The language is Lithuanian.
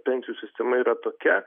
pensijų sistema yra tokia